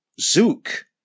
Zook